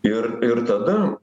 ir ir tada